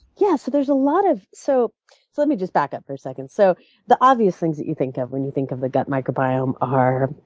yeah so there's a lot of so let me just back up for a second. so the obvious things that you think of when you think of the gut microbiome are